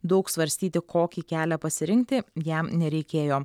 daug svarstyti kokį kelią pasirinkti jam nereikėjo